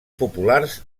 populars